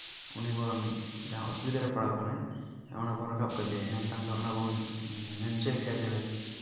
ᱩᱱᱤ ᱵᱚᱱ ᱡᱟᱦᱟᱸ ᱚᱥᱩᱵᱤᱫᱷᱟ ᱨᱮᱭ ᱯᱟᱲᱟᱣ ᱟᱠᱟᱱᱟᱭ ᱚᱱᱟ ᱵᱚᱱ ᱨᱟᱠᱟᱵᱽ ᱠᱮᱫᱮᱭᱟ ᱮᱸᱰᱮᱠᱷᱟᱱ ᱫᱚ ᱚᱱᱟᱫᱚ ᱢᱮᱱ ᱦᱚᱪᱚ ᱠᱮᱭᱟ ᱡᱮ ᱦᱚᱭ